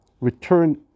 Return